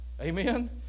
Amen